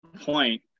point